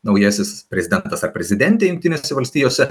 naujasis prezidentas ar prezidentė jungtinėse valstijose